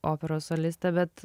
operos solistė bet